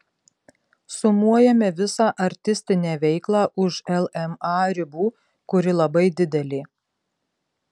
sumuojame visą artistinę veiklą už lma ribų kuri labai didelė